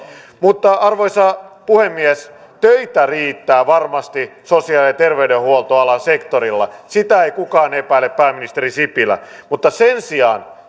arvoisa puhemies töitä riittää varmasti sosiaali ja terveydenhuoltoalan sektorilla sitä ei kukaan epäile pääministeri sipilä mutta sen sijaan